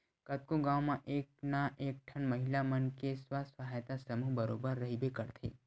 कतको गाँव म एक ना एक ठन महिला मन के स्व सहायता समूह बरोबर रहिबे करथे